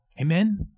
Amen